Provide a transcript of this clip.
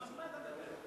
כמה זמן אתה מדבר?